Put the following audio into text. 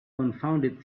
confounded